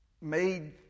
made